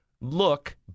look